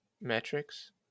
metrics